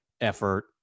effort